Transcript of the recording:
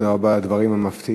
תודה רבה על הדברים המפתיעים.